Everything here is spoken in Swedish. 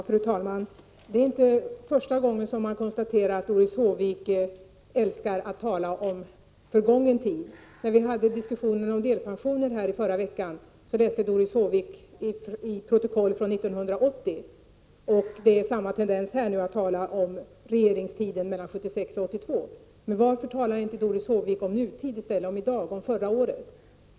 Fru talman! Det är inte första gången man kan konstatera att Doris Håvik älskar att tala om förgången tid. När vi diskuterade delpensionen förra veckan läste Doris Håvik ur protokoll från 1980. Det är samma tendens nu när hon talar om regeringstiden mellan 1976 och 1982. Varför talar inte Doris Håvik om nutid i stället — om i dag och om förra året?